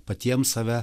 patiems save